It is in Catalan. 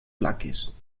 plaques